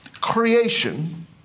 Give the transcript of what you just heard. creation